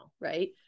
right